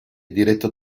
diretto